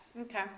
okay